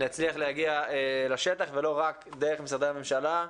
להצליח להגיע לשטח ולא רק דרך משרדי הממשלה.